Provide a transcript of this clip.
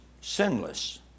sinless